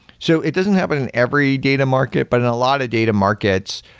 so, it doesn't happen in every data market, but in a lot of data markets,